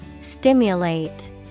Stimulate